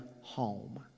home